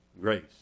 grace